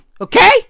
Okay